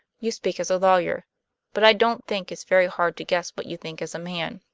you speak as a lawyer but i don't think it's very hard to guess what you think as a man.